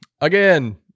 Again